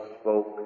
spoke